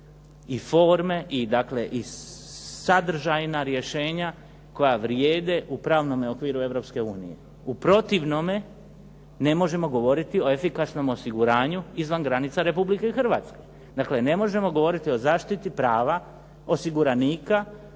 i forme i sadržajna rješenja koja vrijede u pravnom okviru Europske unije. U protivnom ne možemo govoriti o efikasnom osiguranju izvan granica Republike Hrvatske. Dakle, ne možemo govoriti o zaštiti prava osiguranika